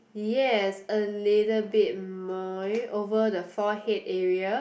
yes a little bit more over the forehead area